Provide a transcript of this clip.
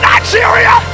Nigeria